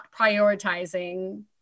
prioritizing